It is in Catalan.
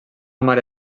mare